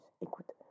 Écoute